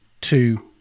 two